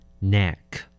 Neck